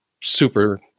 super